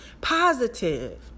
positive